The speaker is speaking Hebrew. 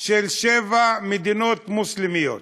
משבע מדינות מוסלמיות.